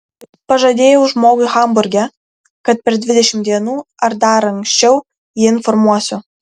pažadėjau žmogui hamburge kad per dvidešimt dienų ar dar anksčiau jį informuosiu